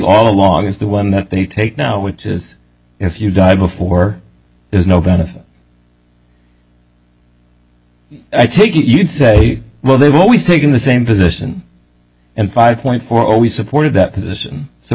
all along is the one that you take now which is if you die before there's no benefit i take it you say well they've always taken the same position and five point four always supported that position so